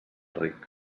ric